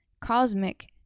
cosmic